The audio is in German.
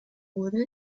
wurde